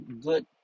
good